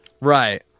right